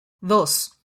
dos